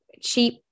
cheap